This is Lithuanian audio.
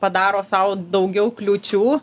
padaro sau daugiau kliūčių